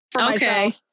Okay